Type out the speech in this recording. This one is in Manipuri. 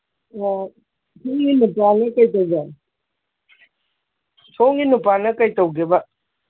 ꯑꯣ ꯁꯣꯝꯒꯤ ꯅꯨꯄꯥꯗꯤ ꯀꯩ ꯇꯧꯕ ꯁꯣꯝꯒꯤ ꯅꯨꯄꯥꯅ ꯀꯩ ꯇꯧꯒꯦꯕ